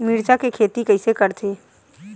मिरचा के खेती कइसे करथे?